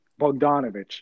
Bogdanovich